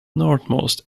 northernmost